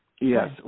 Yes